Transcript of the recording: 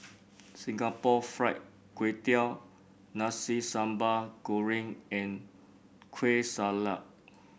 Singapore Fried Kway Tiao Nasi Sambal Goreng and Kueh Salat